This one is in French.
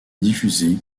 diffusés